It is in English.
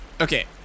Okay